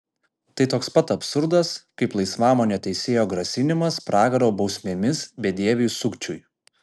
tai toks pat absurdas kaip laisvamanio teisėjo grasinimas pragaro bausmėmis bedieviui sukčiui